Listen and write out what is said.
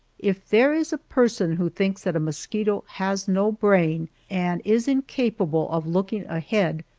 if there is a person who thinks that a mosquito has no brain, and is incapable of looking ahead,